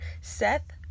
Seth